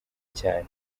cyane